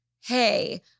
hey